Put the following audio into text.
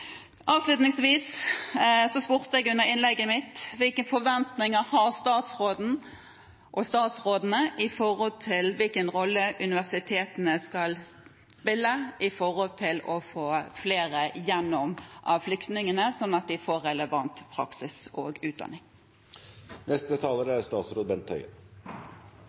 Avslutningsvis spurte jeg i innlegget mitt: Hvilke forventninger har statsrådene når det gjelder hvilken rolle universitetene skal spille for å få flere av flyktningene igjennom, slik at de får relevant praksis og utdanning? Det er